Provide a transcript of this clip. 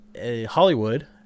Hollywood